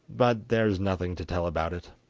but there is nothing to tell about it.